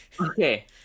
Okay